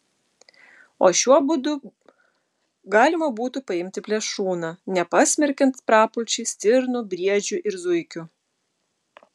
o šiuo būdu galima būtų paimti plėšrūną nepasmerkiant prapulčiai stirnų briedžių ir zuikių